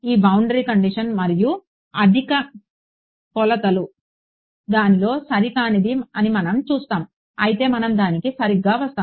ఈ boundary condition మరియు అధిక కొలతలు దానిలో సరికానిది అని మనం చూస్తాము అయితే మనం దానికి సరిగ్గా వస్తాము